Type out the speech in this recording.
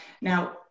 now